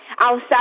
outside